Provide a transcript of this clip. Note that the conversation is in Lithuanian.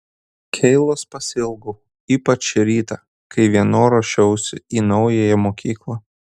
keilos pasiilgau ypač šį rytą kai viena ruošiausi į naująją mokyklą